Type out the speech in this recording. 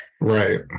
Right